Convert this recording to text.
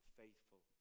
faithful